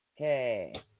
Okay